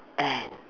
and